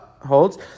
holds